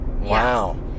Wow